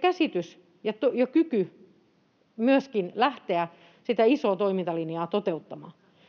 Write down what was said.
käsitys ja kyky myöskin lähteä toteuttamaan sitä isoa toimintalinjaa.